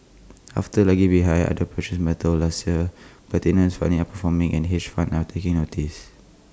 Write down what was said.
after lagging behind other precious metals last year platinum is finally outperforming and hedge funds are taking notice